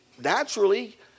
naturally